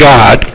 God